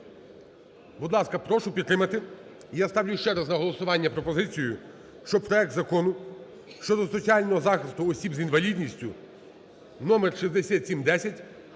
Будь ласка, прошу підтримати. І я ставлю ще раз на голосування пропозицію, що проект Закону щодо соціального захисту осіб з інвалідністю (номер 6710)